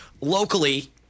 locally –